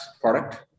product